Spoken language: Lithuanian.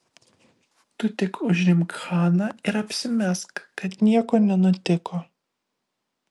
tu tik užimk haną ir apsimesk kad nieko nenutiko